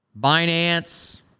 Binance